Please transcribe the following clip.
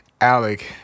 Alec